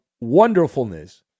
wonderfulness